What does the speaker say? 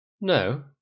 No